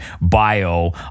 bio